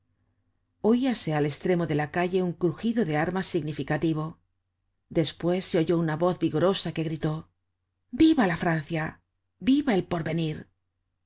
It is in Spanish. oiase al estremo de la calle un crugido de armas significativo despues se oyó una voz vigorosa que gritó jviva la francia viva el porvenir